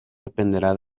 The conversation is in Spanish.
dependerá